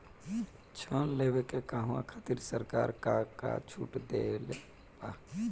ऋण लेवे कहवा खातिर सरकार का का छूट देले बा?